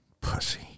Pussy